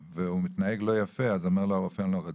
לא,